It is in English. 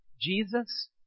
Jesus